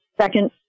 second